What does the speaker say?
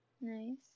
Nice